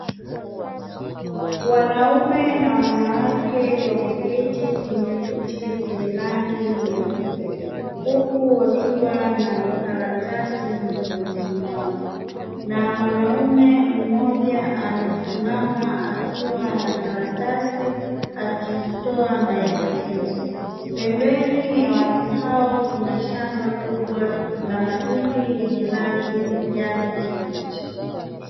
Wanaume na wanawake wameketi kwenye viti vyenye rangi nyeupe huku wakiwa na karatasi mikononi mwao na mwanaume mmoja amesimama akiwa na karatasi akitoa maelekezo. Pembeni ya watu hao kuna shamba kubwa la mahindi yenye rangi ya kijani kibichi.